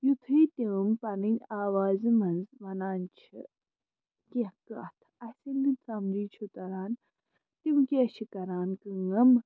یِتھُے تِم پَنٕنۍ آوازِ منٛز وَنان چھِ کیٚنٛہہ کَتھ اَسہِ ییٚلہِ نہٕ سَمجھے چھُ تَران تِم کیٛاہ چھِ کَران کٲم